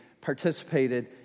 participated